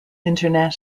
internet